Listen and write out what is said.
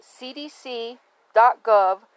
cdc.gov